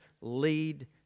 lead